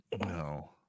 No